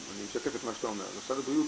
במשרד הבריאות,